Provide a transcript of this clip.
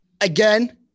again